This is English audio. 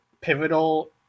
pivotal